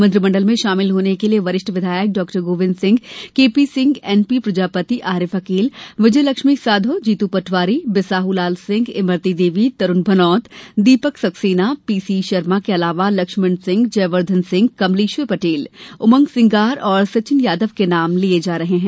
मंत्रिमंडल में शामिल होने के लिये वरिष्ठ विधायक doctor Govind Singh KP Singh NP Prajapati Arif Aqeel Vijayalakshmi Sadho Jitu Patwari Bisahulal Singh Imarti Devi Tarun Bhanot Deepak Saxena PC Sharma के अलावा लक्ष्मण सिंह जयवर्धन सिंह कमलेश्वर पटेल उमंग सिंगार और सचिन यादव के नाम लिये जा रहे हैं